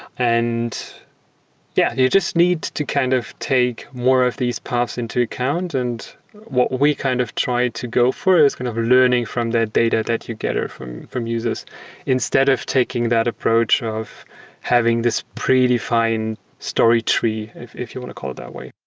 and yeah, you just need to kind of take more of these paths into accountants. and what we kind of tried to go for is kind of learning from that data that you gather from from users instead of taking that approach of having this predefined story tree, if if you want to call it that way.